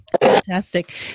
Fantastic